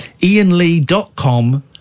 ianlee.com